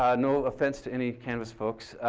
ah no offense to any canvas folks.